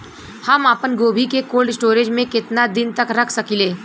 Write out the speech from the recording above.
हम आपनगोभि के कोल्ड स्टोरेजऽ में केतना दिन तक रख सकिले?